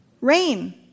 Rain